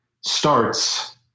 starts